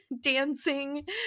dancing